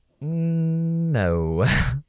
No